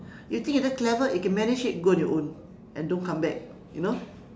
you think you that clever you can manage it go on your own and don't come back you know